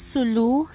Sulu